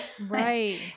Right